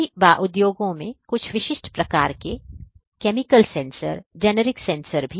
सही बात उद्योगों में कुछ विशिष्ट प्रकार के sensor chemical sensor generic sensor